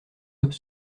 eux